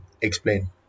explain